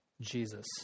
Jesus